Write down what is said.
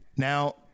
Now